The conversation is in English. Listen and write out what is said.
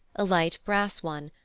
a light brass one,